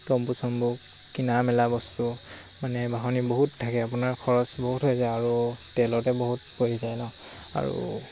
তম্বু চম্বু কিনা মেলা বস্তু মানে বাহনী বহুত থাকে আপোনাৰ খৰচ বহুত হৈ যায় আৰু তেলতে বহুত পৰি যায় ন আৰু